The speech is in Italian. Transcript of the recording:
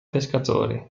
pescatori